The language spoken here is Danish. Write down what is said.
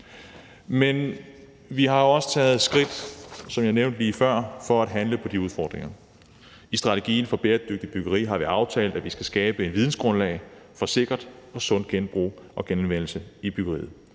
Men vi har jo også taget skridt, som jeg nævnte lige før, til at handle på de udfordringer. I strategien for bæredygtigt byggeri har vi aftalt, at vi skal skabe et vidensgrundlag for sikkert og sundt genbrug og for genanvendelse i byggeriet,